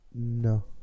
No